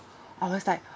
I was like